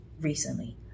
recently